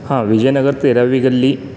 हां विजयनगर तेरावी गल्ली